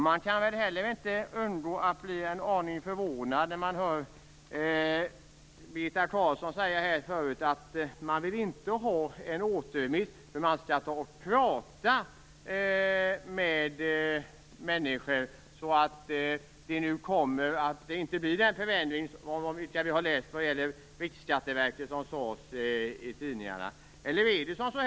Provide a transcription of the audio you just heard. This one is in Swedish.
Man kan heller inte undgå att bli en aning förvånad när man hör Birgitta Carlsson säga att Centern inte vill ha en återremiss. Man skall prata med människor så att förändringen vad gäller Riksskatteverket, som vi läst om i tidningarna, inte kommer till stånd.